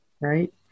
Right